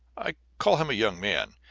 i call him a young man,